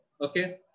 Okay